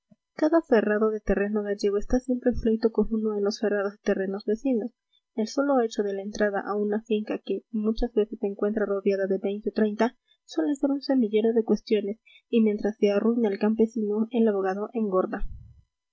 cada ferrado de terreno gallego está siempre en pleito con uno de los ferrados de terrenos vecinos el solo hecho de la entrada a una finca que muchas veces se encuentra rodeada de veinte o treinta suele ser un semillero de cuestiones y mientras se arruina el campesino el abogado engorda